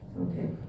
okay